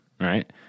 right